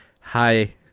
hi